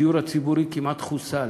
הדיור הציבורי כמעט חוסל.